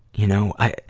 you know. i,